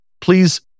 please